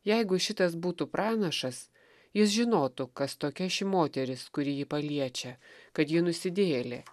jeigu šitas būtų pranašas jis žinotų kas tokia ši moteris kuri jį paliečia kad ji nusidėjėlė